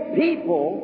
people